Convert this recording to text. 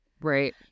Right